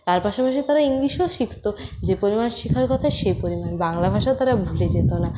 তার পাশাপাশি তারা ইংলিশও শিখতো যে পরিমাণে শেখার কথা সেই পরিমাণ বাংলা ভাষা তারা ভুলে যেত না